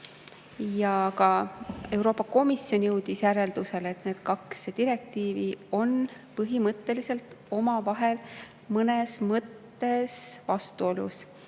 Ka Euroopa Komisjon jõudis järeldusele, et need kaks direktiivi on põhimõtteliselt omavahel mõnes mõttes vastuolus.